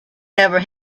never